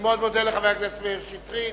אני מודה לחבר הכנסת מאיר שטרית.